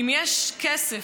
אם יש כסף,